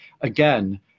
again